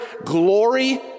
glory